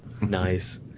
Nice